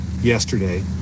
yesterday